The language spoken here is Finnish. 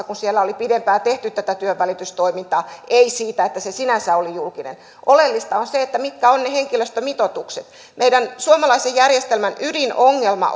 kun siellä oli pidempään tehty tätä työnvälitystoimintaa ei siitä että se sinänsä oli julkinen oleellista on se mitkä ovat henkilöstömitoitukset meidän suomalaisen järjestelmän ydinongelma